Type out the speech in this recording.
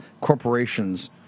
corporations